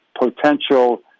potential